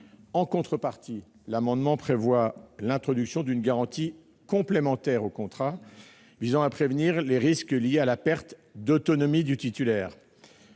En contrepartie, l'amendement prévoit l'introduction d'une garantie complémentaire au contrat, visant à prévenir les risques liés à la perte d'autonomie du titulaire.